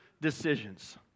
decisions